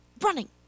running